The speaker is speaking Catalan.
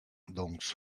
doncs